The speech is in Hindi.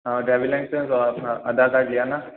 हाँ ड्राइविंग लाइसेंस और अपना आधार कार्ड ले आना